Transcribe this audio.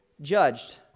judged